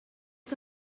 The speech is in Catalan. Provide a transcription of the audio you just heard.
que